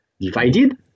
Divided